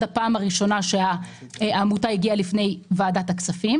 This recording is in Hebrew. הפעם שהעמותה הגיעה לפני ועדת הכספים,